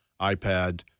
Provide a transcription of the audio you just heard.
iPad